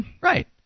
Right